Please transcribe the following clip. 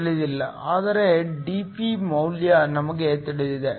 ತಿಳಿದಿಲ್ಲ ಆದರೆ ಮೌಲ್ಯ ನಮಗೆ ತಿಳಿದಿದೆ